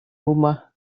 rumah